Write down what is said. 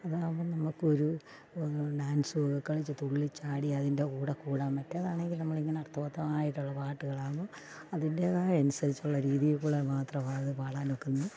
അതാകുമ്പം നമുക്കൊരു ഡാൻസുമൊക്കെക്കളിച്ചു തുള്ളിച്ചാടി അതിന്റെ കൂടെക്കൂടാം മറ്റേതാണെങ്കിൽ നമ്മളിങ്ങനെ അർത്ഥവത്തായിട്ടുള്ള പാട്ടുകളാകുമ്പം അതിൻറ്റേതായ അനുസരിച്ചുള്ള രീതിയിൽക്കൂടി മാത്രമാണ് അതു പാടാനൊക്കുന്നത്